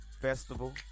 festival